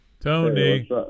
tony